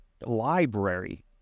library